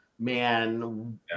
man